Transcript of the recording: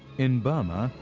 in burma,